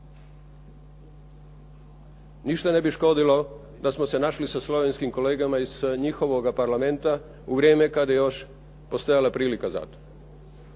Ništa ne bi škodilo da smo se našli sa slovenskim kolegama iz njihovoga Parlamenta u vrijeme kada je još postojala prilika za to.